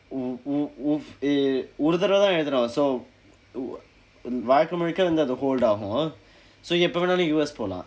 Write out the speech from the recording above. oh oh oof eh ஒரு தடவ தான் எழுத்துனும்:oru thadava thaan eluthunum so வாழ்க்கை முழுதும் அது:vaalkkai muluthu athu hold ஆகும்:aakum so எப்போ வேணாலும்:eppo vaenaalum U_S போலாம்:polaam